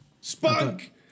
Spunk